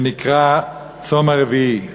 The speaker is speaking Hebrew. שנקרא צום הרביעי.